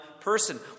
person